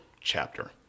chapter